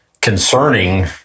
concerning